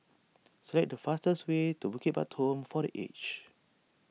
select the fastest way to Bukit Batok Home for the Aged